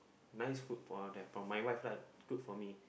nice food put out there from my wife lah cook for me